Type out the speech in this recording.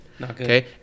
Okay